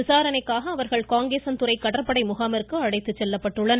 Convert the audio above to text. விசாரணைக்காக அவர்கள் காங்கேசன் துறை கடற்படை முகாமிற்கு அழைத்துச் செல்லப்பட்டுள்ளனர்